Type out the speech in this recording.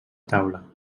taula